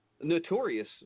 notorious